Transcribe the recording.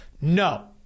No